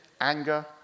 anger